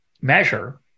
measure